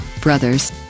Brothers